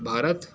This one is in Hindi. भारत